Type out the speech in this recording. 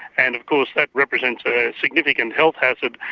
and of course that represents a significant health hazard,